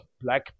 black